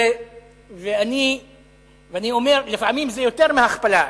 ואני אומר, לפעמים זה יותר מהכפלה.